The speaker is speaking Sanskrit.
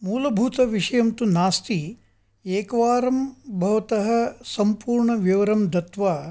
मूलभूतविषयं तु नास्ति एकवारं भवतः सम्पूर्णविवरणं दत्वा